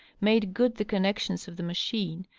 made good the connections of the machine,